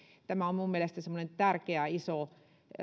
tämä on minun mielestäni semmoinen tärkeä iso